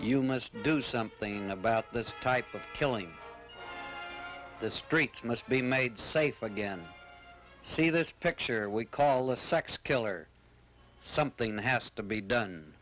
you must do something about the type of killing the streets must be made safe again see this picture we call a sex killer something has to be done